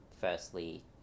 firstly